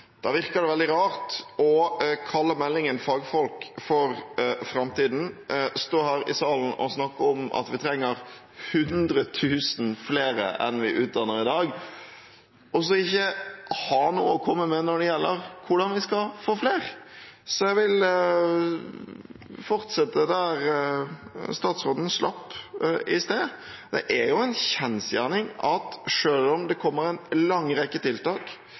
Da virker det veldig rart å kalle meldingen Fagfolk for fremtiden, stå her i salen og snakke om at vi trenger 100 000 flere enn vi utdanner i dag, og ikke ha noe å komme med når det gjelder hvordan vi skal få flere. Så jeg vil fortsette der statsråden slapp i sted. Det er en kjensgjerning at selv om det kommer en lang rekke tiltak